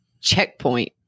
checkpoint